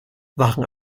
waren